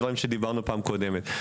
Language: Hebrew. דברים שדיברנו בפעם הקודמת.